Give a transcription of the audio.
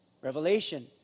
Revelation